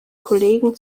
kollegen